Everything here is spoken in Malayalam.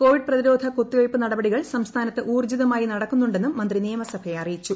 കോവിഡ് പ്രതിരോധ കുത്തിവെയ്പ് നടപടികൾ സംസ്ഥാനത്ത് ഊർജ്ജിതമായി നടക്കുന്നുണ്ടെന്നും മന്ത്രി നിയമസഭയെ അറിയിച്ചു